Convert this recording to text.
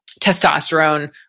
testosterone